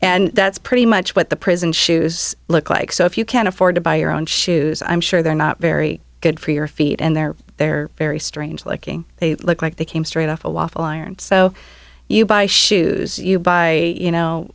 and that's pretty much what the prison shoes look like so if you can afford to buy your own shoes i'm sure they're not very good for your feet and they're they're very strange looking they look like they came straight off a waffle iron so you buy shoes you buy you know